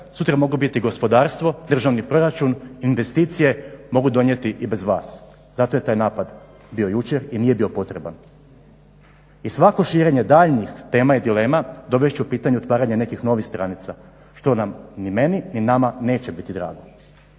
Sutra mogu biti gospodarstvo, državni proračun, investicije mogu donijeti i bez vas. Zato je taj napad bio jučer i nije bio potreban. I svako širenje daljnjih tema i dilema dovest će u pitanje otvaranje nekih novih stranica što nam ni meni ni nama neće biti drago,